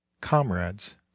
comrades